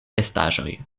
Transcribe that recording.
restaĵoj